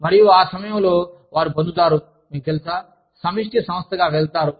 మరియు ఆ సమయంలో వారు పొందుతారు మీకు తెలుసా సమిష్టి సంస్థగా వెళతారు